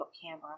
camera